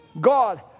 God